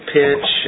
pitch